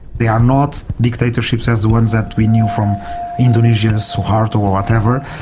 they are not dictatorships as the ones that we knew from indonesia, suharto or whatever,